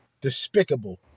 Despicable